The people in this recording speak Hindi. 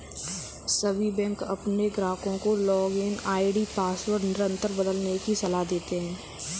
सभी बैंक अपने ग्राहकों को लॉगिन आई.डी पासवर्ड निरंतर बदलने की सलाह देते हैं